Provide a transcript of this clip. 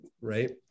right